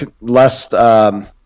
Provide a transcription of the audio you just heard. less, –